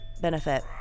benefit